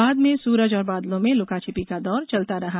बाद में सूरज और बादलों में लूकाछपी का दौर चलता रहा